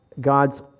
God's